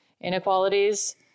inequalities